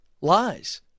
lies